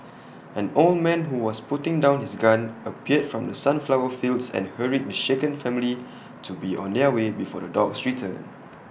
an old man who was putting down his gun appeared from the sunflower fields and hurried the shaken family to be on their way before the dogs return